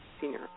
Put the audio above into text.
Senior